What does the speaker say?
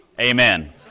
Amen